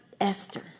Esther